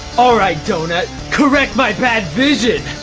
all right, doughnut, correct my bad vision.